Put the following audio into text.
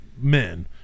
men